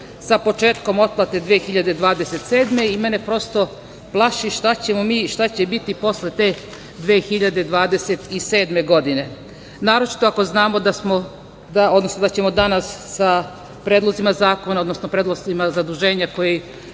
sa početkom otplate 2027. godine. Mene prosto plaši šta ćemo mi i šta će biti posle te 2027. godine, naročito ako znamo da ćemo danas sa predlozima zakona, odnosno prednostima zaduženje koji